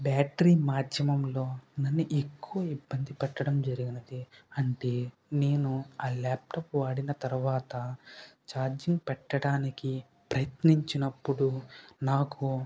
battery మాధ్యమంలో నన్ను ఎక్కువ ఇబ్బంది పెట్టడం జరిగింది అంటే నేను ఆ ల్యాప్టాప్ వాడిన తరువాత చార్జింగ్ పెట్టడానికి ప్రయత్నించినప్పుడు నాకు